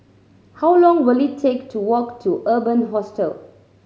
how long will it take to walk to Urban Hostel